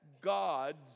God's